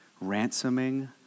ransoming